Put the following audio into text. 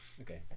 Okay